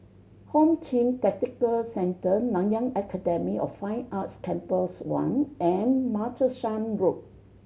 Home Team Tactical Cenetr Nanyang Academy of Fine Arts Campus One and Martlesham Road